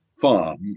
farm